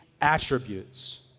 attributes